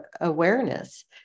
awareness